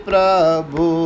Prabhu